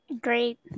Great